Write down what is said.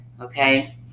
Okay